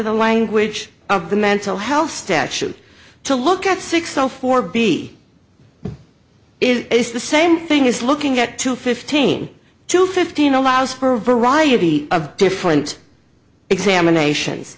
the language of the mental health statute to look at six o four b is the same thing is looking at two fifteen to fifteen allows for a variety of different examinations